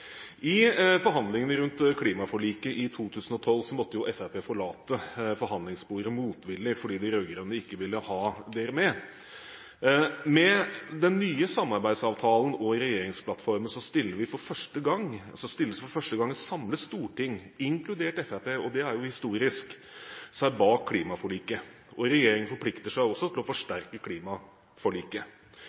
i utenriks- og forsvarskomiteen. I forhandlingene om klimaforliket i 2012 måtte Fremskrittspartiet forlate forhandlingsbordet motvillig fordi de rød-grønne ikke ville ha dem med. Med den nye samarbeidsavtalen og regjeringsplattformen stiller for første gang et samlet storting – inkludert Fremskrittspartiet, og det er jo historisk – seg bak klimaforliket. Regjeringen forplikter seg også til å forsterke klimaforliket.